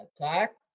Attack